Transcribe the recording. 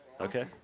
Okay